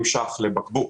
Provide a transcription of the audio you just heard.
משלמים 80 שקלים לבקבוק.